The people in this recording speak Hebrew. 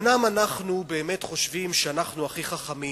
אומנם אנחנו באמת חושבים שאנחנו הכי חכמים,